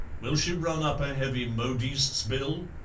will she run up a heavy modiste's bill?